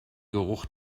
geruch